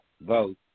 vote